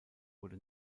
wurde